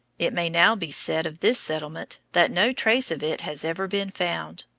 it may now be said of this settlement that no trace of it has ever been found,